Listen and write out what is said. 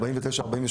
1949-1948,